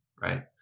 right